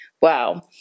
Wow